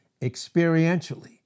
experientially